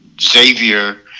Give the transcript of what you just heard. Xavier